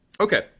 Okay